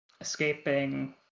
escaping